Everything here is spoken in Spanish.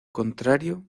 contrario